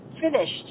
finished